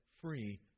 free